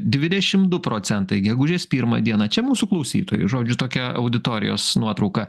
dvidešim du procentai gegužės pirmą dieną čia mūsų klausytojai žodžiu tokia auditorijos nuotrauka